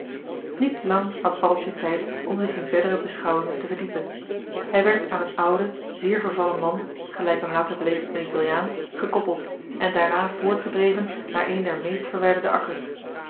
niet lang had paddeltje tijd om zich in verdere beschouwingen te verdiepen hij werd aan een ouden zeer vervallen man gelijk hem later bleek een italiaan gekoppeld en daarna voortgedreven naar een der meest verwijderde akkers